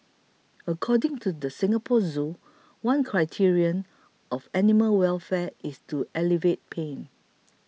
according to the Singapore Zoo one criterion of animal welfare is to alleviate pain